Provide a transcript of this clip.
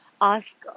ask